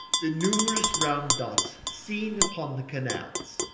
the numerous round dots seen upon the canals,